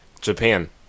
Japan